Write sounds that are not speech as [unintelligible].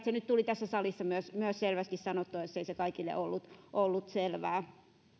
[unintelligible] se nyt tuli myös tässä salissa selvästi sanottua jos se ei kaikille ollut ollut selvää